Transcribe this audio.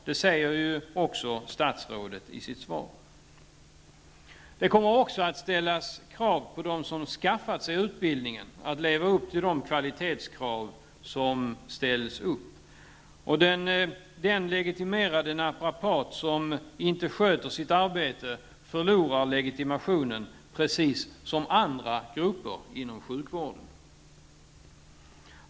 Det säger ju också statsrådet i sitt svar. Det kommer också att ställas krav på dem som har skaffat sig utbildningen att leva upp till de kvalitetskrav som ställs upp. Och den legitimerade naprapat som inte sköter sitt arbete förlorar legitimationen, precis som andra grupper inom sjukvården.